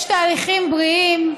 יש תהליכים בריאים.